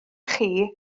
chi